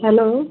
hello